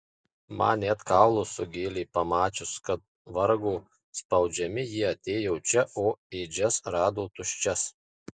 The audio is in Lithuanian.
man net kaulus sugėlė pamačius kad vargo spaudžiami jie atėjo čia o ėdžias rado tuščias